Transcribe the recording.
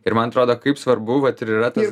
ir man atrodo kaip svarbu vat ir yra tas